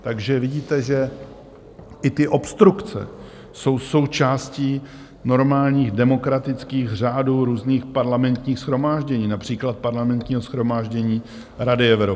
Takže vidíte, že i ty obstrukce jsou součástí normálních demokratických řádů různých parlamentních shromáždění, například Parlamentního shromáždění Rady Evropy.